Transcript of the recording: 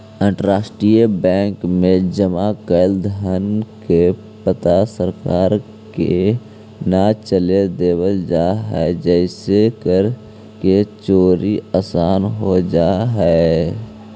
अंतरराष्ट्रीय बैंक में जमा कैल धन के पता सरकार के न चले देवल जा हइ जेसे कर के चोरी आसान हो जा हइ